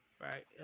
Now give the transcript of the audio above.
right